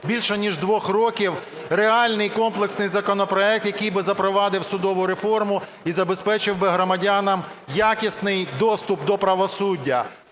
більше ніж двох років реальний комплексний законопроект, який би запровадив судову реформу і забезпечив би громадянам якісний доступ до правосуддя.